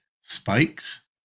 spikes